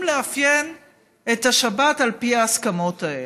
לאפיין את השבת על פי ההסכמות האלה.